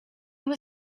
were